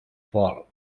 pol